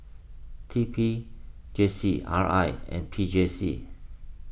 T P J C R I and P J C